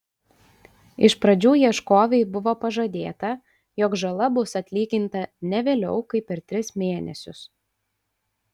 iš pradžių ieškovei buvo pažadėta jog žala bus atlyginta ne vėliau kaip per tris mėnesius